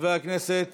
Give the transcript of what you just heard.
חבר הכנסת